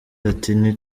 ati